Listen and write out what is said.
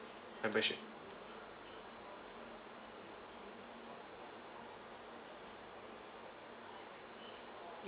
membership